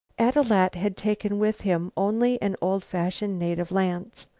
ad-loo-at had taken with him only an old-fashioned native lance,